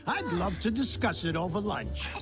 i'd love to discuss it over lunch